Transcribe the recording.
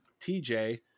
tj